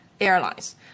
airlines